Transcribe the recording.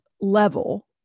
level